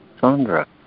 Sandra